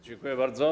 Dziękuję bardzo.